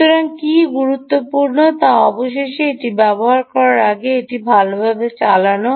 সুতরাং কী গুরুত্বপূর্ণ তা অবশেষে এটি ব্যবহার করার আগে এটি ভালভাবে চালানো